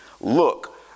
look